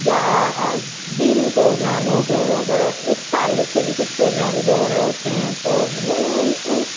یا دینی پروگرام ہو گئے اگر اس تعلق سے بھی کچھ پروگرامز ہو رہے ہوتے ہیں تو وہ